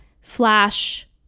flash